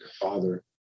Father